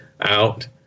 out